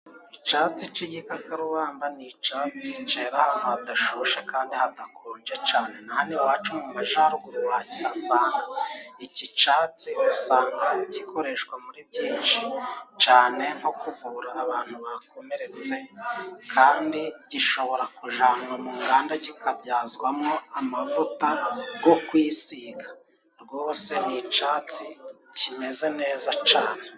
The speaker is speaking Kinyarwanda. Icyatsi cy'igikakarubamba, ni icyatsi cyera ahantu hadashushe kandi hadakonje cyane, nahano wacu mu Majyaruguru wakihasanga, iki cyatsi usanga gikoreshwa muri byinshi cyane, nko kuvura abantu bakomeretse kandi gishobora kujyanwa mu nganda, kikabyazwamo amavuta yo kwisiga, rwose ni icyatsi kimeze neza cyane.